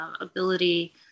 ability